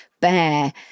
bear